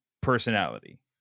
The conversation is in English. personality